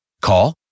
Call